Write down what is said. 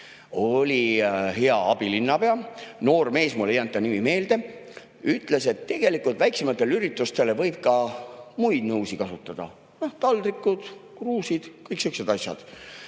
Hea abilinnapea – noor mees, mulle ei jäänud ta nimi meelde – ütles, et tegelikult väiksematel üritustel võib ka muid nõusid kasutada. Noh, taldrikud, kruusid – kõik sihukesed asjad.